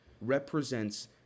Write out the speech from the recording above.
represents